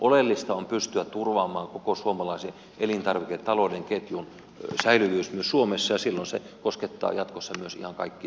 oleellista on pystyä turvaamaan koko suomalaisen elintarviketalouden ketjun säilyvyys myös suomessa ja silloin se koskettaa jatkossa myös ihan kaikkia suomen panimoita